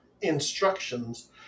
instructions